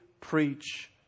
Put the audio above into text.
preach